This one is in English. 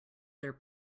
their